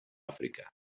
àfrica